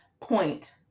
point